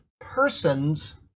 persons